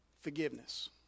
Forgiveness